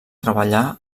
treballar